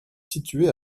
située